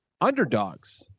underdogs